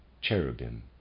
cherubim